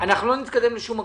לא נתקדם לשום מקום.